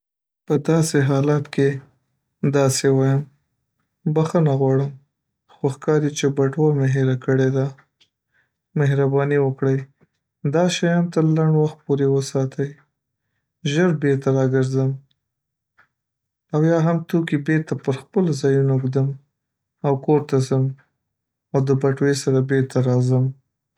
په داسي حالات کې داسي وایم: بخښنه غواړم، خو ښکاري چې بټوه مې هیره کړې ده. مهرباني وکړئ دا شیان تر لنډ وخت پورې وساتئ، ژر بیرته راځم او یا هم توکي بیرته پر خپلو ځایونو اږدم او کور ته ځم او د بټوي سره بیرته راځم.